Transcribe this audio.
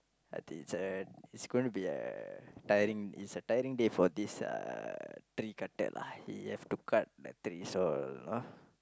I think it's a it's gonna be a tiring it's a tiring day for this tree cutter lah he have to cut the tree so you know